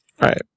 Right